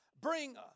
bring